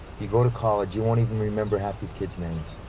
you go to college. you won't even remember half these kids' names.